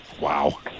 Wow